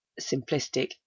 simplistic